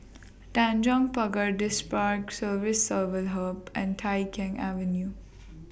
Tanjong Pagar Distripark Civil Service Hub and Tai Keng Avenue